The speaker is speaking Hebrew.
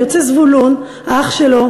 יוצא זבולון האח שלו,